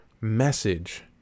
message